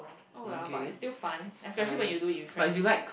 oh well but it's still fun especially when you do it with friends